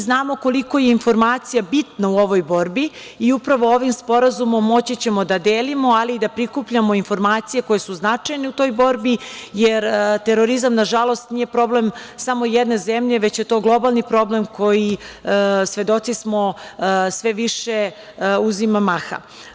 Znamo koliko je informacija bitna u ovoj borbi i upravo ovim sporazumom moći ćemo da delimo, ali i da prikupljamo informacije koje su značajne u toj borbi jer terorizam, nažalost, nije problem samo jedne zemlje, već je to globalni problem koji, svedoci smo, sve više uzima maha.